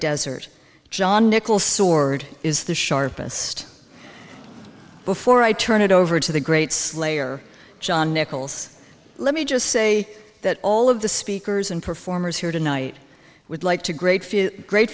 desert john nickel sword is the sharpest before i turn it over to the great slayer john nichols let me just say that all of the speakers and performers here tonight would like to great